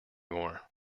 more